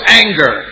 anger